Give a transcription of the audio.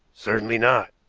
certainly not,